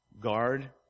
Guard